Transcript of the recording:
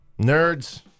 Nerds